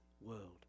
world